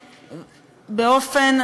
באופן,